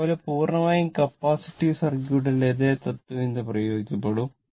അതുപോലെ പൂർണ്ണമായും കപ്പാസിറ്റീവ് സർക്യൂട്ടിൽ അതേ തത്ത്വചിന്ത പ്രയോഗിക്കപ്പെടും